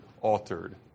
altered